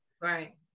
right